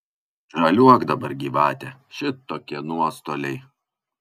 žaliuok dabar gyvate šitokie nuostoliai